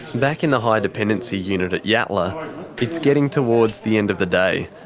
back in the high dependency unit at yatala it's getting towards the end of the day,